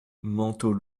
manteau